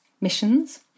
missions